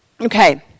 Okay